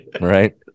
Right